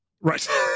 Right